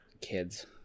Kids